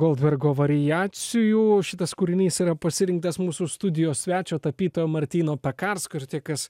goldbergo variacijų šitas kūrinys yra pasirinktas mūsų studijos svečio tapytojo martyno pekarsko ir tie kas